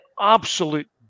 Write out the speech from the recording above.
absolute